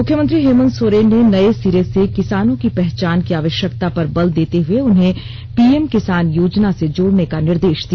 मुख्यमंत्री हेमंत सोरेन ने नए सिरे से किसानों की पहचान की आवश्यकता पर बल देते हुए उन्हें पीएम किसान योजना से जोडने का निर्देश दिया